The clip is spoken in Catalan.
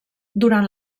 durant